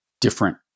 different